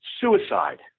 Suicide